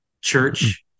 church